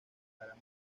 para